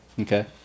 Okay